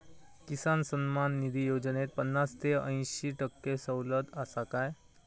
किसान सन्मान निधी योजनेत पन्नास ते अंयशी टक्के सवलत आसा काय?